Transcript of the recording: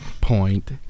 point